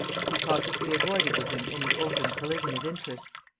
he cautiously avoided with him any open collision of interests,